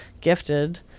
gifted